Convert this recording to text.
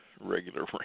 regular